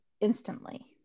instantly